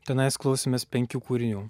tenai klausėmės penkių kūrinių